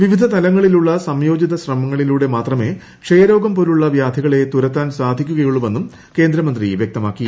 വിവിധ തലങ്ങളിലുള്ള സംയോജിത ശ്രമങ്ങളിലൂടെ മാത്രമേ ക്ഷരോഗം പോലുള്ള വ്യാധികളെ തുരത്താൻ സാധിക്കുകയുള്ളൂവെന്നും കേന്ദ്രമന്ത്രി വൃക്തമാക്കി